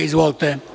Izvolite.